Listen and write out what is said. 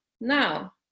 Now